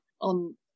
on